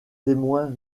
témoins